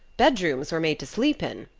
bedrooms were made to sleep in.